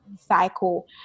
cycle